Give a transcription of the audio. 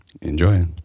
Enjoy